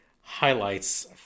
highlights